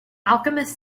alchemist